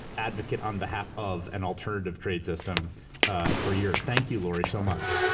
advocate on behalf of, an alternative trade system for years. thank you lori, so much.